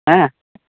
হ্যাঁ